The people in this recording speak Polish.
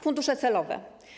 Fundusze celowe.